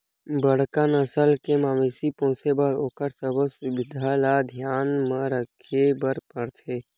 बड़का नसल के मवेशी पोसे बर ओखर सबो सुबिधा ल धियान म राखे बर परथे